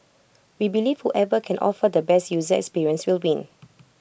we believe whoever can offer the best user experience will win